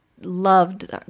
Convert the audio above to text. Loved